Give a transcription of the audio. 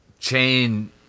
chain